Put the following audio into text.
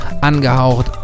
angehaucht